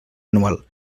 anual